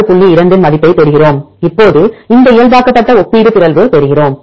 2 இன் மதிப்பைப் பெறுகிறோம் இப்போது இந்த இயல்பாக்கப்பட்ட ஒப்பீடு பிறழ்வு பெறுகிறோம்